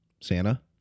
santa